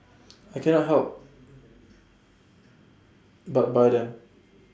I cannot help but buy them